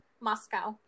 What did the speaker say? Moscow